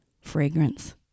fragrance